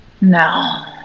No